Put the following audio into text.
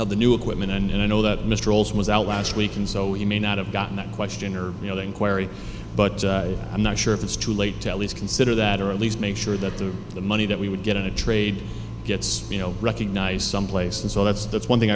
of the new equipment and i know that mr olson was out last week and so he may not have gotten that question or you know the inquiry but i'm not sure if it's too late to at least consider that or at least make sure that the the money that we would get in a trade gets you know recognized someplace and so that's that's one thing